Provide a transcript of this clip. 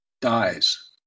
dies